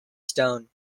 stone